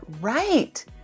right